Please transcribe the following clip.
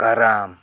ᱠᱟᱨᱟᱢ